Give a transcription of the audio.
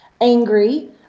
angry